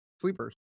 sleepers